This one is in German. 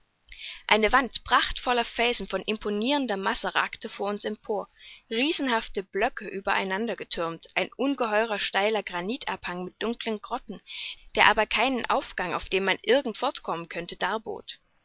eine wand prachtvoller felsen von imponirender masse ragte vor uns empor riesenhafte blöcke über einander gethürmt ein ungeheurer steiler granitabhang mit dunkeln grotten der aber keinen aufgang auf dem man irgend fortkommen konnte